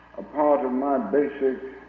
a part of my basic